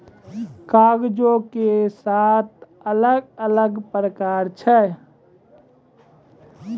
कागजो के सात अलग अलग प्रकार छै